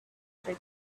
for